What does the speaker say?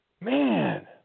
Man